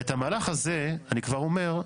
אני כבר אומר,